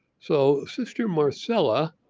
so sister marcella,